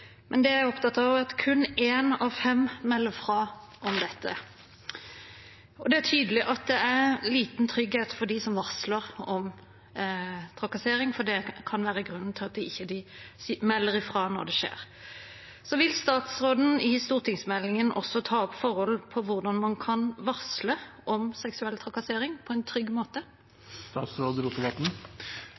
Jeg er opptatt av at kun én av fem melder fra om dette. Det er tydelig at det er liten trygghet for dem som varsler om trakassering, og at det kan være grunnen til at de ikke melder fra når det skjer. Vil statsråden i stortingsmeldingen også ta opp hvordan man kan varsle om seksuell trakassering på en trygg